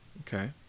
Okay